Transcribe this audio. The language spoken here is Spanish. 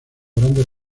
grandes